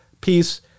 peace